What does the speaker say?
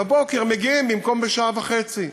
בבוקר במקום בשעה וחצי.